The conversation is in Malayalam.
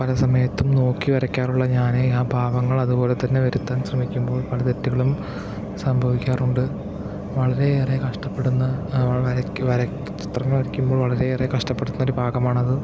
പല സമയത്തും നോക്കി വരക്കാറുള്ള ഞാൻ ആ ഭാഗങ്ങൾ അതുപോലെത്തന്നെ വരുത്താൻ ശ്രമിക്കുമ്പോൾ പല തെറ്റുകളും സംഭവിക്കാറുണ്ട് വളരെ ഏറെ കഷ്ടപ്പെടുന്ന വളക്ക് വരക്ക് ചിത്രങ്ങൾ വരയ്ക്കുമ്പോൾ വളരെ ഏറേ കഷ്ടപ്പെടുന്ന ഒരു ഭാഗമാണത്